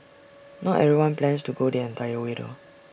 not everyone plans to go the entire way though